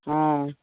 हँ